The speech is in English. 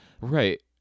Right